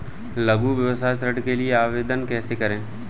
लघु व्यवसाय ऋण के लिए आवेदन कैसे करें?